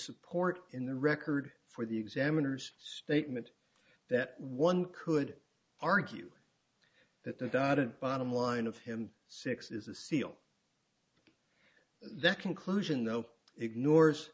support in the record for the examiners statement that one could argue that the dotted bottom line of him six is a seal that conclusion though ignores